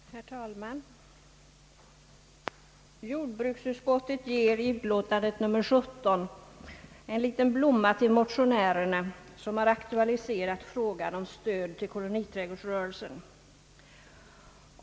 Herr talman! Jordbruksutskottet ger i sitt utlåtande nr 17 en liten blomma till motionärerna, som har aktualiserat frågan om stöd till koloniträdgårdsrörelsen.